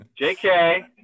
JK